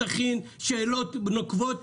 תכין שאלות נוקבות,